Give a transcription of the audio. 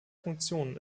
funktionen